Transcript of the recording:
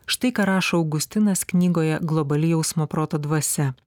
štai ką rašo augustinas knygoje globali jausmo proto dvasia